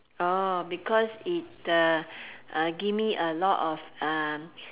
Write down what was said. orh because it uh uh give me a lot of uh